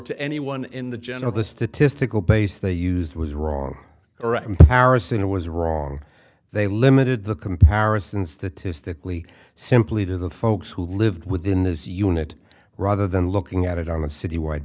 to anyone in the general the statistical base they used was wrong or and harrison it was wrong they limited the comparison statistically simply to the folks who lived within this unit rather than looking at it on a city